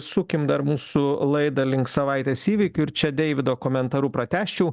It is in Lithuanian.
sukim dar mūsų laidą link savaitės įvykių ir čia deivido komentaru pratęsčiau